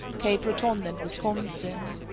cape breton and wisconsin.